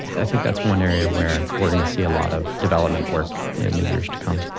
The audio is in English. i think that's one area where we're gonna see a lot of development work in the years to come